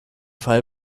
fall